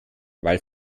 weil